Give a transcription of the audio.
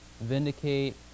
Vindicate